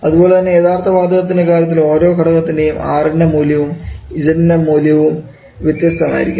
അതുപോലെ തന്നെ യഥാർത്ഥ വാതകത്തിൻറെ കാര്യത്തിൽ ഓരോ ഘടകത്തിനും Rൻറെ മൂല്യവും Z ൻറെ മൂല്യവും വ്യത്യസ്തമായിരിക്കും